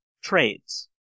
trades